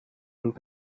und